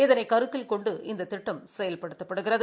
இதனை கருத்தில் கொண்டு இந்த திட்டம் செயல்படுத்தப்படுகிறது